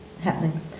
happening